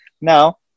Now